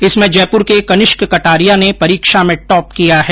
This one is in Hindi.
इसमें जयपुर के कनिष्क कटारिया ने परीक्षा में टॉप किया है